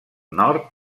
nord